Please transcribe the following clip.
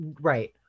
Right